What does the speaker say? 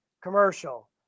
commercial